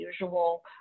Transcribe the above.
usual